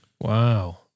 Wow